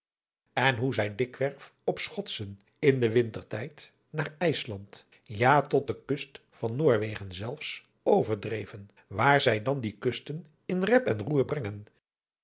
en hoe zij dikwerf op schotsen in den wintertijd naar ijsland ja tot de kust van noorwegen zelfs overdreven waar zij dan die kusten in rep en roer brengen